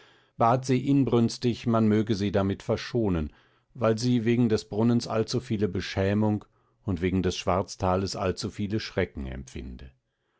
bat sie inbrünstig man möge sie damit verschonen weil sie wegen des brunnens allzu viele beschämung und wegen des schwarztales allzu viele schrecken empfinde